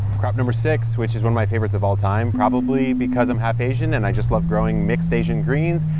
crop number six, which is one of my favorites of all time, probably because i'm half asian and i just love growing mixed asian greens,